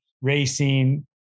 racing